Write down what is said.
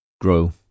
grow